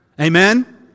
Amen